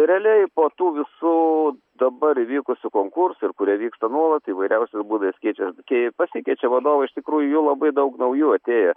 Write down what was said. realiai po tų visų dabar įvykusių konkursų ir kurie vyksta nuolat įvairiausiais būdais keičias kai pasikeičia vadovai iš tikrųjų jų labai daug naujų atėję